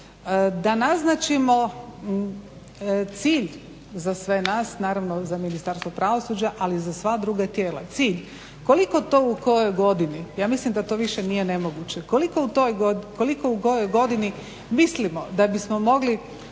da naznačimo cilj za sve nas, naravno za Ministarstvo pravosuđa ali i za sva druga tijela cilj koliko to u kojoj godini. Ja mislim da to više nije nemoguće, koliko u kojoj godini mislimo da bismo mogli